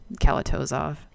Kalatozov